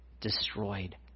destroyed